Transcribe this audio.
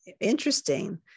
interesting